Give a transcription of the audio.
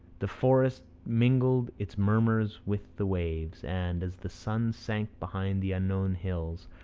the forest mingled its murmurs with the waves, and, as the sun sank behind the unknown hills,